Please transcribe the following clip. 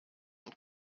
und